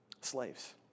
Slaves